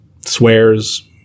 swears